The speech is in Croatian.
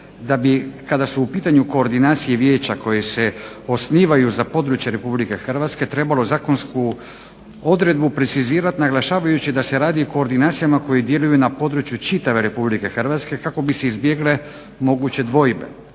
da bi kada su u pitanju koordinacije vijeća koje se osnivaju za područje Republike Hrvatske trebalo zakonsku odredbu precizirati naglašavajući da se radi o koordinacijama koje djeluju na području čitave Republike Hrvatske kako bi se izbjegle moguće dvojbe.